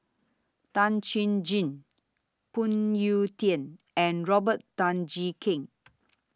Tan Chuan Jin Phoon Yew Tien and Robert Tan Jee Keng